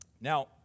Now